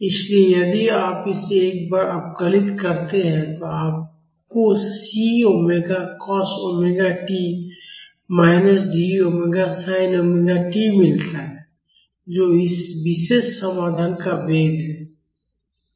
इसलिए यदि आप इसे एक बार अवकलित करते हैं तो आपको c omega cos omega t minus d omega sin omega t मिलता है जो इस विशेष समाधान का वेग है